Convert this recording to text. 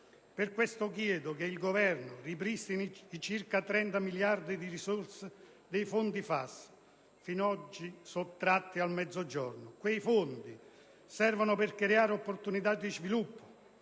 Per questo chiedo che il Governo ripristini i circa 30 miliardi di risorse dei fondi FAS, fino ad oggi sottratti al Mezzogiorno. Quei fondi servono per creare opportunità di sviluppo: